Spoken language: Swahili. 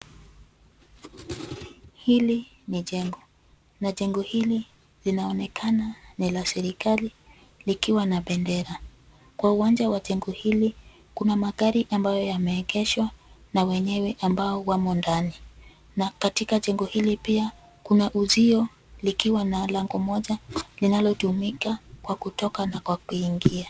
Hili ni jengo na jengo hili linaonekana ni la serikali likiwa na bendera. Kwa uwanja wa jengo hili kuna magari ambayo yameegeshwa na wenyewe ambao wamo ndani na katika jengo hili pia, kuna uzio likiwa na lango moja linalotumikwa kwa kutoka na kwa kuingia.